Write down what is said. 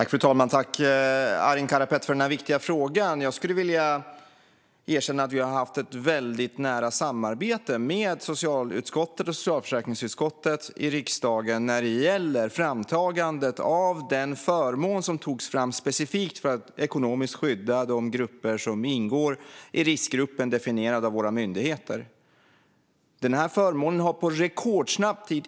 Fru talman! Tack för den här viktiga frågan, Arin Karapet! Jag skulle vilja säga att vi har haft ett väldigt nära samarbete med socialutskottet och socialförsäkringsutskottet i riksdagen när det gäller framtagandet av den här förmånen, som togs fram specifikt för att ekonomiskt skydda de grupper som ingår i riskgruppen definierad av våra myndigheter. Den här förmånen har införts på rekordsnabb tid.